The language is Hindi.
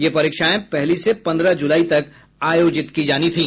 ये परीक्षाएं पहली से पन्द्रह ज़ुलाई तक आयोजित की जानी थी